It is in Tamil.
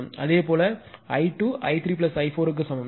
அதேபோல I2 என்பது i3i4 க்கு சமம்